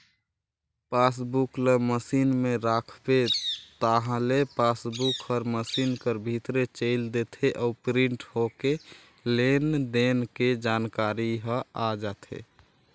passbook ल machine में राखबे ताहले पासबुक हर मसीन कर भीतरे चइल देथे अउ प्रिंट होके लेन देन के जानकारी ह आ जाथे